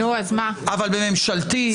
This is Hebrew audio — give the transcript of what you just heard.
בממשלתי,